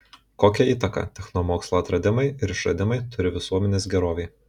kokią įtaką technomokslo atradimai ir išradimai turi visuomenės gerovei